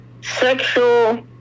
sexual